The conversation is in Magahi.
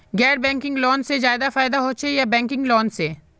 गैर बैंकिंग लोन से ज्यादा फायदा होचे या बैंकिंग लोन से?